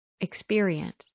experience